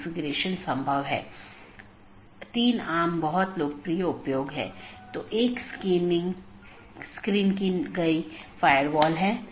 metric पर कोई सार्वभौमिक सहमति नहीं है जिसका उपयोग बाहरी पथ का मूल्यांकन करने के लिए किया जा सकता है